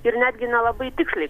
ir netgi nelabai tiksliai